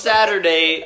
Saturday